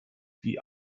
die